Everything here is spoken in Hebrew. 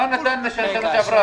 מה נעשה עם מה שניתן שנה שעברה?